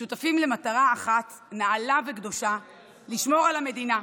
שותפים למטרה אחת נעלה וקדושה, לשמור על המדינה.